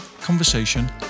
conversation